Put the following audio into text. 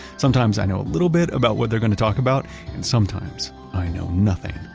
sometimes i know a little bit about what they're going to talk about and sometimes i know nothing.